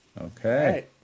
Okay